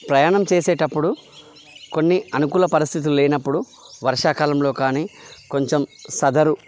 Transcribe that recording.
ప్రయాణం చేసేటప్పుడు కొన్ని అనుకూల పరిస్థితులు లేనప్పుడు వర్షాకాలంలో కానీ కొంచెం సదరు